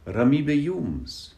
ramybė jums